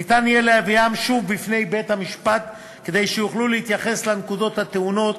ניתן יהיה להביאם שוב בפני בית-המשפט כדי שיוכל להתייחס לנקודות הטעונות